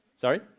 Sorry